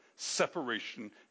separation